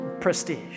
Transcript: prestige